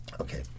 Okay